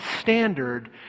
standard